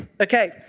okay